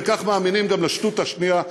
וכך מאמינים גם לשטות השנייה,